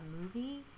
movie